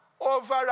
over